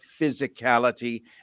physicality